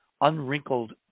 unwrinkled